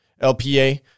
LPA